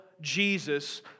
Jesus